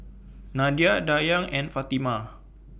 Nadia Dayang and Fatimah